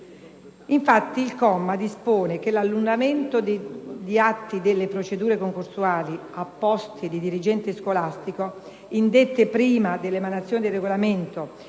Il comma dispone, infatti, che l'annullamento di atti delle procedure concorsuali a posti di dirigente scolastico indette prima dell'emanazione del regolamento